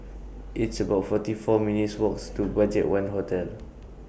It's about forty four minutes' Walks to BudgetOne Hotel